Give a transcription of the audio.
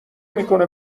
میکنه